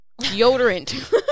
Deodorant